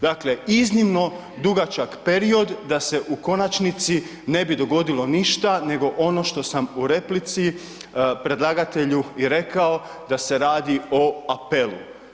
Dakle, iznimno dugačak period da se u konačnici ne bi dogodilo ništa nego ono što sam u replici predlagatelju i rekao da se radi o apelu.